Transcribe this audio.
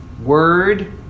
Word